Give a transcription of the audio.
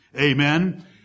Amen